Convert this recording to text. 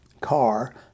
car